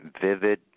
vivid